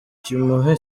kimuhe